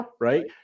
right